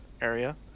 area